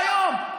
ביטחון".